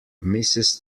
mrs